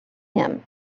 him